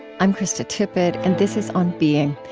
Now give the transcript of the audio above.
i'm krista tippett and this is on being.